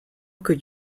could